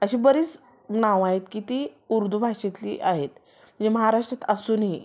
अशी बरीच नावं आहेत की ती उर्दू भाषेतली आहेत जे महारष्टात असूनही